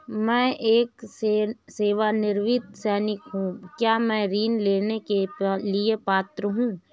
मैं एक सेवानिवृत्त सैनिक हूँ क्या मैं ऋण लेने के लिए पात्र हूँ?